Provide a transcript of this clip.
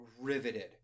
riveted